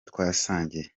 twasangiye